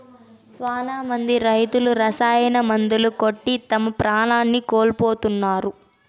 శ్యానా మంది రైతులు రసాయన మందులు కొట్టి తమ ప్రాణాల్ని కోల్పోతున్నారు